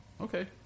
Okay